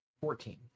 Fourteen